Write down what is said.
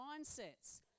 mindsets